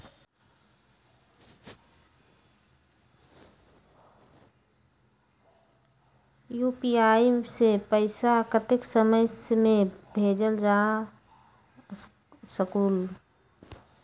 UPI से पैसा कतेक समय मे भेजल जा स्कूल?